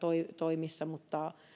toimissa mutta